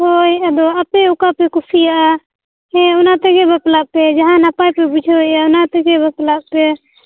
ᱦᱳᱭ ᱟᱫᱚ ᱟᱯᱮ ᱚᱠᱟ ᱯᱮ ᱠᱩᱥᱤᱭᱟᱜᱼᱟ ᱦᱮᱸ ᱚᱱᱟ ᱛᱮᱜᱮ ᱵᱟᱯᱞᱟᱜᱯᱮ ᱡᱟᱦᱟᱸᱭ ᱱᱟᱯᱟᱭ ᱯᱮ ᱵᱩᱡᱷᱟᱹᱣ ᱮᱫᱼᱟ ᱚᱱᱟ ᱛᱮᱜᱮ ᱵᱟᱯᱞᱟᱜ ᱯᱮ